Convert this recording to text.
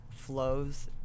flows